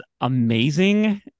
amazing